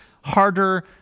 harder